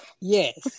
Yes